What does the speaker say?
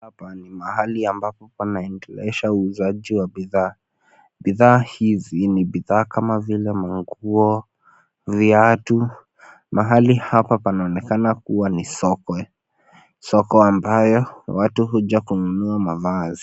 Hapa ni mahali ambapo panaendeleza uuzaji wa bidhaa. Bidhaa hizi ni bidhaa kama vile manguo na viatu. Mahali hapa panaonekana kuwa ni soko, soko ambalo watu huja kununua mavazi.